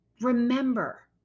remember